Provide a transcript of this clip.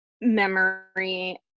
memory